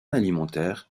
alimentaire